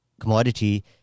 commodity